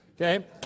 okay